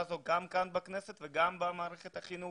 הזאת גם כאן בכנסת וגם במערכת החינוך.